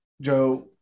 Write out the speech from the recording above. Joe